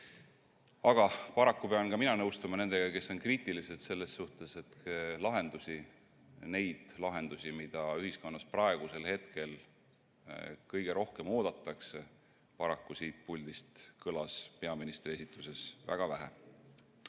paraku pean ka mina nõustuma nendega, kes on kriitilised selles suhtes, et neid lahendusi, mida ühiskonnas praegu kõige rohkem oodatakse, paraku siit puldist kõlas peaministri esituses väga vähe.